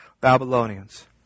Babylonians